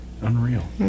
unreal